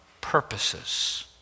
purposes